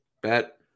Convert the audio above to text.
Bet